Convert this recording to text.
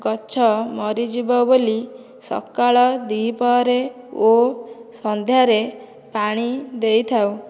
ଗଛ ମରିଯିବ ବୋଲି ସକାଳ ଦ୍ୱିପହରେ ଓ ସନ୍ଧ୍ୟାରେ ପାଣି ଦେଇଥାଉ